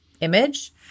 image